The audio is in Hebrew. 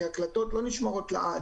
כי ההקלטות לא נשמרות לעד.